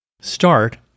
start